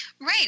Right